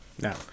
no